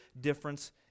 difference